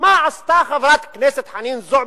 מה עשתה חברת הכנסת חנין זועבי?